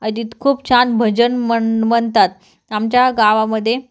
अदित खूप छान भजन म्हण म्हणतात आमच्या गावामध्ये